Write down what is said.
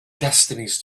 destinies